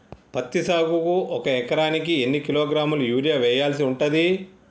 పత్తి సాగుకు ఒక ఎకరానికి ఎన్ని కిలోగ్రాముల యూరియా వెయ్యాల్సి ఉంటది?